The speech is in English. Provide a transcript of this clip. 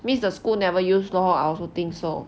means the school never use lor I also think so